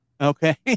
okay